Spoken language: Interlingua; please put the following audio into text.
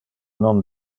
non